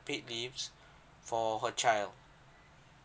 paid leaves for her child